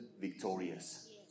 victorious